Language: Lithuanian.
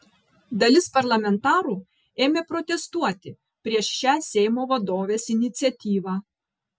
dalis parlamentarų ėmė protestuoti prieš šią seimo vadovės iniciatyvą